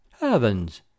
Heavens